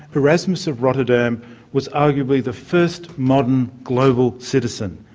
erasmus of rotterdam was arguably the first modern global citizen.